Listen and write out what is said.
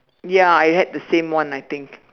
ya I had the same one I think